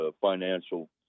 financial